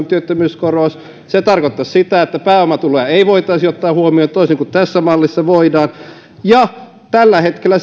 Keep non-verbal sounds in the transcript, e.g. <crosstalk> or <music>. <unintelligible> työttömyyskorvaus se tarkoittaisi sitä että pääomatuloja ei voitaisi ottaa huomioon toisin kuin tässä mallissa voidaan ja tällä hetkellä <unintelligible>